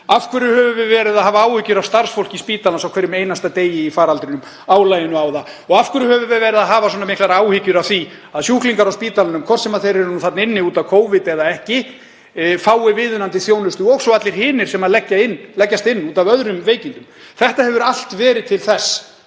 Af hverju höfum við haft áhyggjur af starfsfólki spítalans á hverjum einasta degi í faraldrinum, álaginu á það? Og af hverju höfum við haft svona miklar áhyggjur af því að sjúklingar á spítalanum, hvort sem þeir eru þar inni út af Covid eða ekki, fái viðunandi þjónustu og svo allir hinir sem leggjast inn út af öðrum veikindum? Þetta hefur allt verið til þess